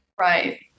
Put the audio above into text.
right